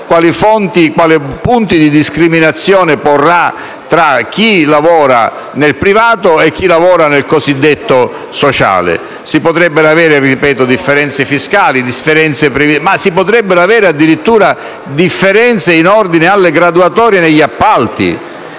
quali punti di discriminazione porrà il Governo tra chi lavora nel privato e chi lavora nel cosiddetto sociale. Si potrebbero avere differenze fiscali, ma si potrebbero avere addirittura differenze in ordine alle graduatorie negli appalti